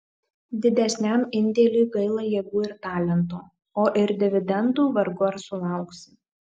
didesniam indėliui gaila jėgų ir talento o ir dividendų vargu ar sulauksi